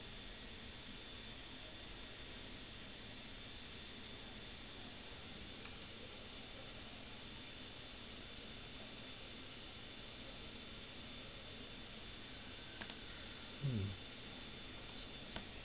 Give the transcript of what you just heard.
hmm